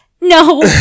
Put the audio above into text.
No